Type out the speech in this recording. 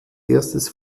erstes